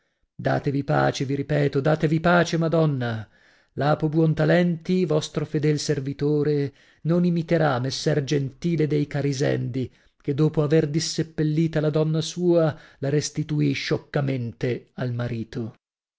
datevi pace vi ripeto datevi pace madonna lapo buontalenti vostro fedel servitore non imiterà messer gentile dei carisendi che dopo aver disseppellita la donna sua la restituì scioccamente al marito